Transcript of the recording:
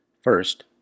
First